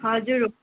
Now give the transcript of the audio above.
हजुर